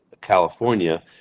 california